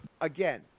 again